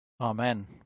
Amen